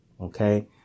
okay